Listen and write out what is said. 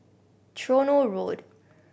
Tronoh Road